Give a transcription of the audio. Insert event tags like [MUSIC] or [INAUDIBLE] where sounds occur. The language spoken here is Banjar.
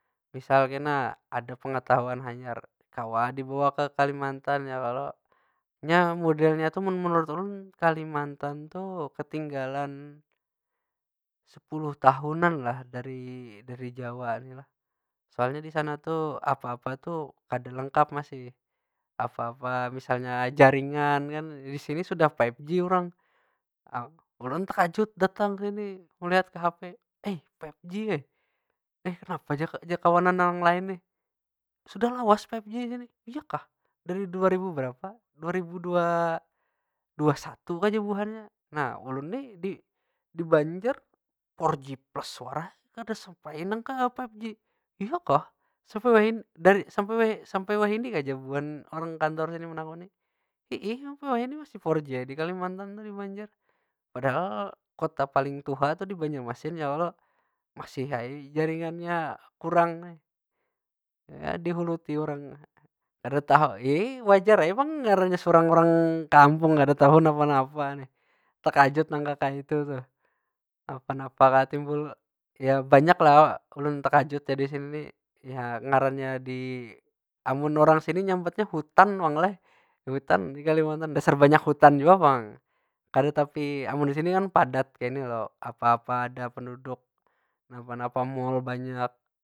Misal kena ada pengetahuan hanyar kawa dibawa ke kalimantan ya kalo? Nya modelnya tu mun menurut ulun, kalimantan tu ketinggalan sepuluh tahunan lah dari- dari jawa ni lah. Soalnya di sana tuh apa- apa tuh kada lengkap masih. Apa- apa misalnya jaringan kan, di sini sudah five g urang. [HESITATION] ulun tekajud datang sini, melihat ke hape. Eh five g eh. Eh kenapa jar kawanan nang lain nih. Sudah lawas five g sini. Iya kah? Dari dua ribu berapa? Dua ribu dua- dua satu kah jar buhannya. Nah ulun nih di- di banjar, four g plus wara. Kada sampai nang ka five g. Iya kah? Sampai [HESITATION] dari sampai [HESITATION] wahini kah jar bubuhan orang kantor tadi menakuni. Iih smapai wahini masih four g ai di kalimantan tuh, di banjar. Padahal kota paling tuha tuh di banjarmasin ya kalo? Masih ai jaringannya kurang. Dihuluti orang, kada tahu ai wajar ai ngarannya surang urang kampung kada tahu napa- napa nih. Takajut nang kakaytu tuh. Napa- napa kah timbul, ya banyak lah ulun tekajut di sini nih. Ya ngarannya di, amun urang sini nyambatnya hutan pang lah. Hutan di kalimantan, dasar banyak hutan jua pang. Kada tapi, amun di sini kan padat kayni lo. Apa- apa ada penduduk, napa- napa mall banyak.